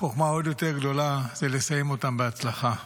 חוכמה עוד יותר גדולה זה לסיים אותן בהצלחה.